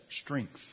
strength